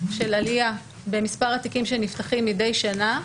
של עלייה במספר התיקים שנפתחים מדי שנה.